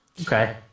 Okay